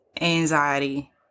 anxiety